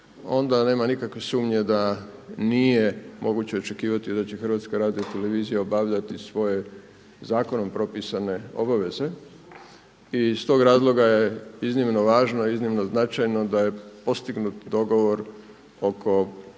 onda nema nikakve sumnje da nije moguće očekivati da će HRT obavljati svoje zakonom propisane obaveza. I iz tog razloga je iznimno važno i iznimno značajno da je postignut dogovor oko